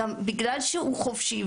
בגלל שהוא חופשי,